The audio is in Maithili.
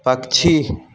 पक्षी